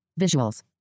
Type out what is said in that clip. Visuals